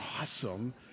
awesome